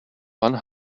one